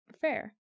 fair